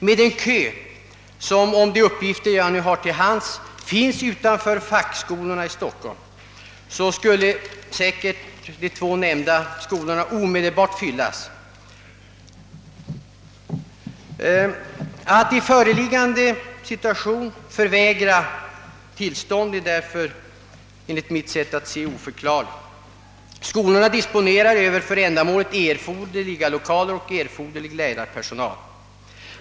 På grund av den långa kön utanför fackskolorna i Stockholm — om nu de uppgifter jag fått är riktiga — är det närmast självklart ait de två nämnda skolorna omedelbart skulle fyllas. Enligt mitt sätt att se är det därför oförklarligt, att skolorna inte fått tillstånd att inrätta fackskola. Skolorna disponerar för ändamålet erforderliga lokaler och erforderlig lärarpersonal.